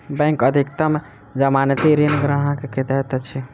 bank अधिकतम जमानती ऋण ग्राहक के दैत अछि